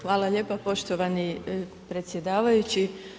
Hvala lijepa poštovani predsjedavajući.